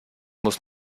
muss